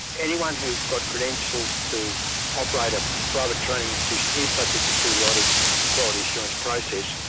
anyone who's got credentials to operate a private training institution is subject to periodic quality assurance process,